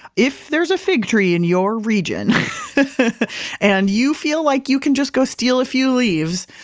if there's a fig tree in your region and you feel like you can just go steal a few leaves,